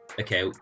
okay